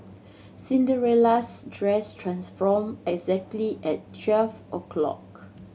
Cinderella's dress transformed exactly at twelve o'clock